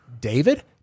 David